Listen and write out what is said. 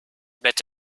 met